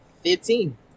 Fifteen